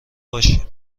باشیم